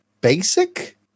basic